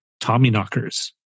Tommyknockers